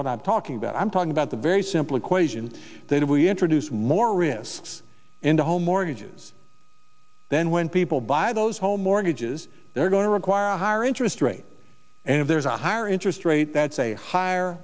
what i'm talking about i'm talking about the very simple equation that if we introduce more risks into home mortgages then when people buy those home mortgages they're going to require a higher interest rate and if there's a higher interest rate that's a higher